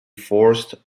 forced